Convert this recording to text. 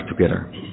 together